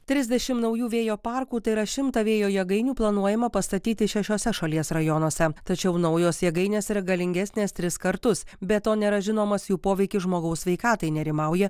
trisdešim naujų vėjo parkų tai yra šimtą vėjo jėgainių planuojama pastatyti šešiuose šalies rajonuose tačiau naujos jėgainės yra galingesnės tris kartus be to nėra žinomas jų poveikis žmogaus sveikatai nerimauja